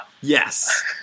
Yes